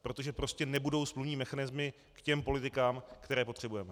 Protože prostě nebudou smluvní mechanismy k těm politikám, které potřebujeme.